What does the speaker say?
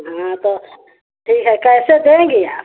हाँ तो ठीक है कैसे देंगी आप